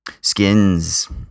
Skins